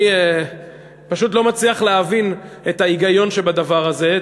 אני פשוט לא מצליח להבין את ההיגיון שבדבר הזה,